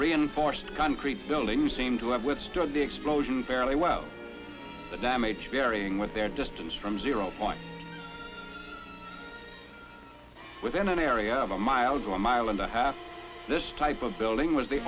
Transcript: reinforced concrete buildings seem to have withstood the explosion fairly well the damage carrying with their distance from zero point within an area of a mile one mile and a half this type of building was the